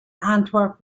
antwerp